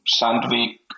Sandvik